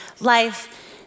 life